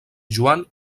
joan